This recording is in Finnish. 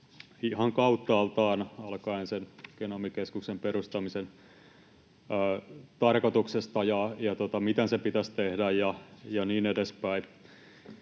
ihan kauttaaltaan alkaen sen Genomikeskuksen perustamisen tarkoituksesta ja siitä, miten se pitäisi tehdä, ja niin edespäin.